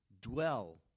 dwell